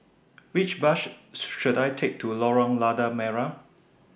Which Bus should I Take to Lorong Lada Merah